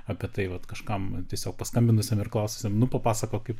apie tai vat kažkam tiesiog paskambinusiam ir klaususiam nu papasakok kaip